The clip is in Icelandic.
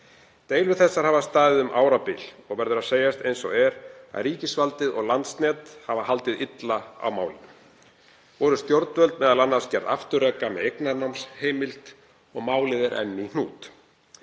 Deilur þessar hafa staðið um árabil og verður að segjast eins og er að ríkisvaldið og Landsnet hafa haldið illa á málum. Voru stjórnvöld m.a. gerð afturreka með eignarnámsheimild og málið er enn í hnút.